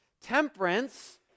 temperance